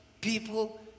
people